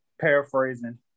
paraphrasing